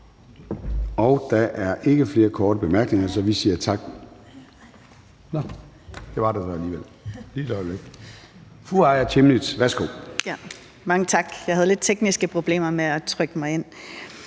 Der er ikke flere korte bemærkninger, så vi siger tak. Jo, det var der så alligevel. Fru Aaja Chemnitz, værsgo. Kl. 14:27 Aaja Chemnitz (IA): Mange tak. Jeg havde lidt tekniske problemer med at trykke mig ind.